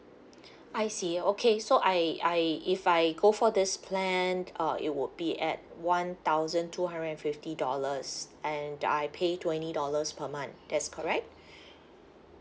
I see okay so I I if I go for this plan uh it would be at one thousand two hundred and fifty dollars and I pay twenty dollars per month that's correct